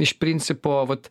iš principo vat